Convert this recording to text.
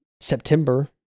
September